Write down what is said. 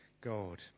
God